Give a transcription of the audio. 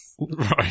Right